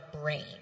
brain